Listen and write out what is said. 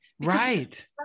Right